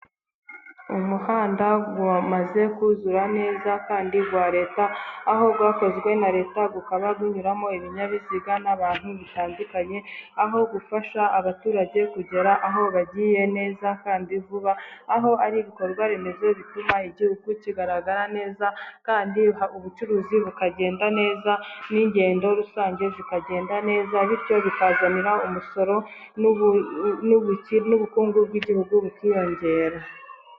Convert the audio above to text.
Umuhanda wamaze kuzura neza kandi wa leta. Aho wakozwe na leta ukaba unyuramo ibinyabiziga n'abantu bitandukanye. Aho ufasha abaturage kugera aho bagiye neza, kandi vuba. Aho ari ibikorwa remezo bituma igihugu kigaragara neza, kandi ubucuruzi bukagenda neza n'ingendo rusange zikagenda neza, bityo bikazana umusoro n'ubukungu bw'igihugu bukiyongera.